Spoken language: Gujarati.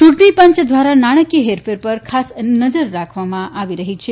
ચૂંટણીપંચ દ્વારા નાણાકીય હેરફેર પર ખાસ નજર રાખવામાં આવી રહી છે